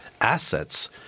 assets